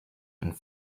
and